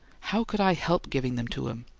how could i help giving them to him?